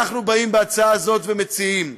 אנחנו באים בהצעה הזאת ומציעים שהגבר,